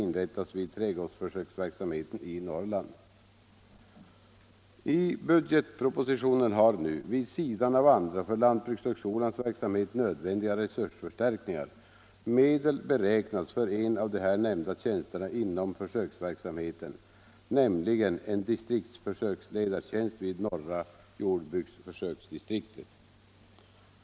I budgetpropositionen har nu, vid sidan av andra för lantbrukshögskolans verksamhet nödvändiga resursförstärkningar, medel beräknats för en av de här nämnda tjänsterna inom försöksverksamheten, nämligen en distriksförsöksledartjänst vid norra jordbruksförsöksdistriktet.